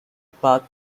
path